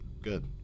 Good